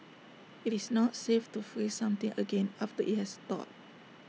IT is not safe to freeze something again after IT has thawed